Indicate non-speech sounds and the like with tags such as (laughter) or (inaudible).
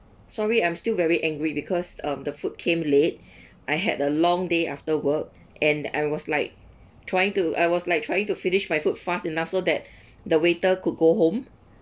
sorry I'm still very angry because um the food came late (breath) I had a long day after work and I was like trying to I was like trying to finish my food fast enough so that (breath) the waiter could go home